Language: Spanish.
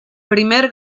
primer